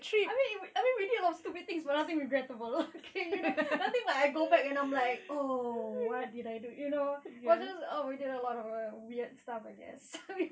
I mean it we did a lot of stupid things but nothing regrettable okay you know nothing like I go back and I'm like oh what did I do you know it was just oh we did a lot of weird stuff I guess